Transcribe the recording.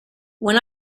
when